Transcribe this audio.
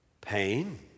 pain